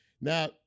Now